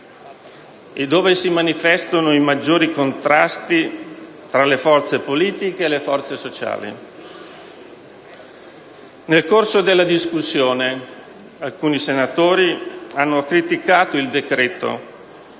su cui si manifestano i maggiori contrasti tra le forze politiche e le forze sociali. Nel corso della discussione alcuni senatori hanno criticato il decretolegge